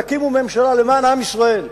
תקימו ממשלה למען עם ישראל.